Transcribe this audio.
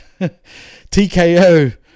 TKO